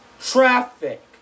traffic